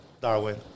Darwin